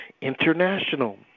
International